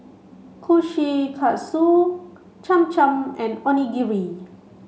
Kushikatsu Cham Cham and Onigiri